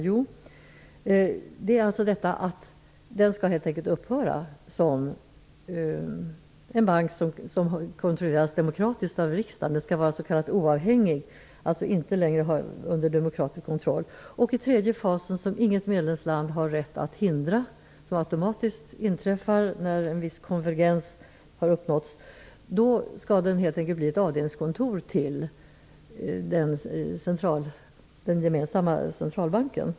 Jo, att banken helt enkelt skall upphöra som en bank som kontrolleras demokratiskt av riksdagen. Den skall vara s.k. oavhängig, dvs. inte längre stå under demokratisk kontroll. I tredje fasen, som inget medlemsland har rätt att hindra, som automatiskt inträffar när en viss konvergens har uppnåtts, då skall den helt enkelt bli ett avdelningskontor till den gemensamma centralbanken.